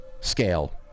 scale